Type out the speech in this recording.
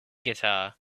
guitar